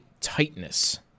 tightness